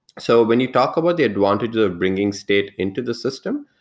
so when you talk about the advantages of bringing state into the system,